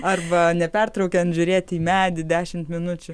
arba nepertraukiant žiūrėti į medį dešimt minučių